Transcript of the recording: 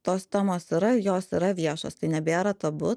tos temos yra jos yra viešos tai nebėra tabu